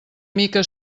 mica